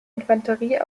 infanterie